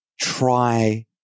try